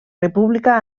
república